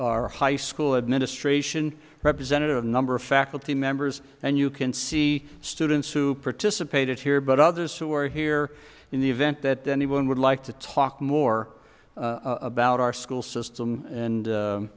our high school administration represented a number of faculty members and you can see students who participated here but others who are here in the event that anyone would like to talk more about our school system and